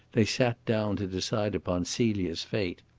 they sat down to decide upon celia's fate.